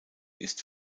ist